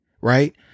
right